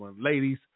Ladies